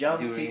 during